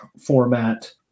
format